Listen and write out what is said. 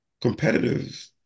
competitive